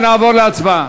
ונעבור להצבעה.